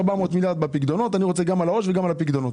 העו"ש.